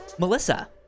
Melissa